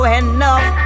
enough